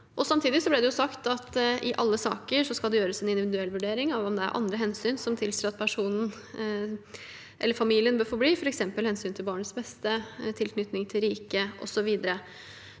Samtidig ble det sagt at det i alle saker skal gjøres en individuell vurdering av om det er andre hensyn som tilsier at personen eller familien bør få bli, f.eks. hensyn til barnets beste, tilknytning til riket osv.